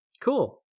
cool